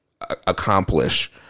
accomplish